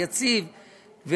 יציב,